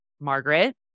margaret